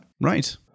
right